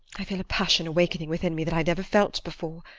i feel a passion awakening within me that i never felt before.